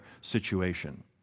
situation